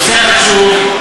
נושא חשוב.